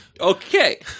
Okay